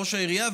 ראש העירייה,